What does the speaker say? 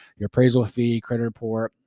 your appraisal fee, credit report,